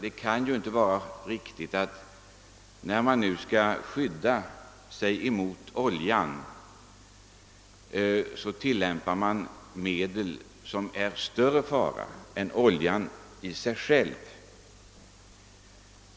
Det kan ju inte vara riktigt att när man skall skydda sig mot oljan använda medel som innebär en större fara än oljan i sig själv.